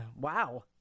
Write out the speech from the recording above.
Wow